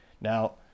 Now